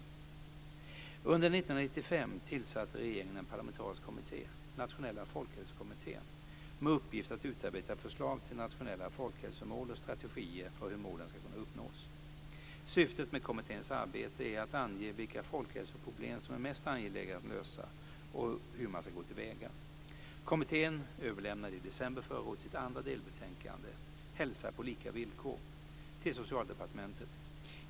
År 1995 tillsatte regeringen en parlamentarisk kommitté, Nationella folkhälsokommittén, med uppgift att utarbeta förslag till nationella folkhälsomål och strategier för hur målen ska kunna uppnås. Syftet med kommitténs arbete är att ange vilka folkhälsoproblem som är mest angelägna att lösa och hur man ska gå till väga. Kommittén överlämnade i december förra året sitt andra delbetänkande - Hälsa på lika villkor - till Socialdepartementet.